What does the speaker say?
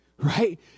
Right